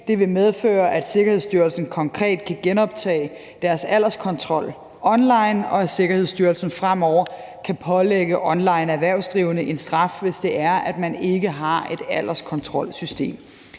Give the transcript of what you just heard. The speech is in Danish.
Det vil medføre, at Sikkerhedsstyrelsen konkret kan genoptage deres alderskontrol online, og at Sikkerhedsstyrelsen fremover kan pålægge online erhvervsdrivende en straf, hvis man ikke har et alderskontrolsystem.